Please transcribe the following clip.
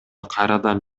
кайрадан